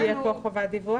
שתהיה חובת דיווח?